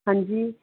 ਹਾਂਜੀ